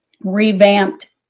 revamped